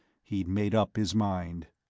he'd made up his mind.